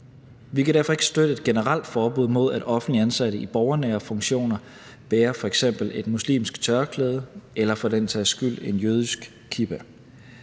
Vi kan derfor ikke støtte et generelt forbud mod, at offentligt ansatte i borgernære funktioner bærer f.eks. et muslimsk tørklæde eller for den sags skyld en jødisk kippa.